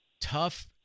tough